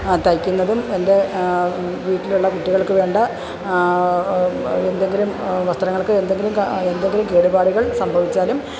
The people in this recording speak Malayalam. തയ്ക്കുന്നതും എൻ്റെ വീട്ടിലുള്ള കുട്ടികൾക്കു വേണ്ട എന്തെങ്കിലും വസ്ത്രങ്ങൾക്ക് എന്തെങ്കിലും എന്തെങ്കിലും കേടുപാടുകൾ സംഭവിച്ചാലും